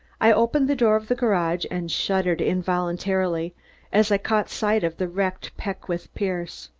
i opened the door of the garage and shuddered involuntarily as i caught sight of the wrecked peckwith-pierce.